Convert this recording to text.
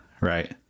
Right